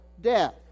death